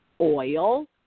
oil